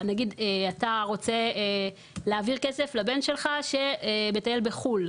נגיד אתה רוצה להעביר כסף לבן שלך שמטייל בחו"ל,